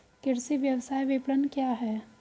कृषि व्यवसाय विपणन क्या है?